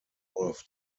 was